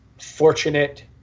fortunate